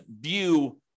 view